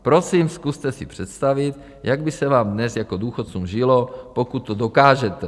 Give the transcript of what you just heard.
Prosím, zkuste si představit, jak by se vám dnes jako důchodcům žilo, pokud to dokážete.